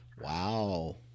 Wow